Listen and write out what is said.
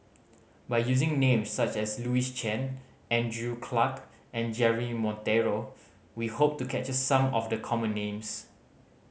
by using names such as Louis Chen Andrew Clarke and Jeremy Monteiro we hope to capture some of the common names